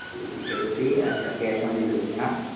أتی کٔرِو پےٚ اَچھا کیش آن ڈیٚلِؤری ہاں